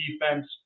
defense